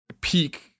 peak